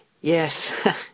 Yes